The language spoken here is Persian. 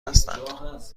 هستند